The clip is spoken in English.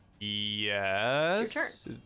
yes